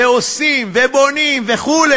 ועושים ובונים וכו'.